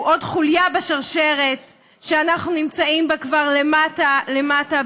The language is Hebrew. הוא עוד חוליה בשרשרת שאנחנו נמצאים בה כבר למטה למטה,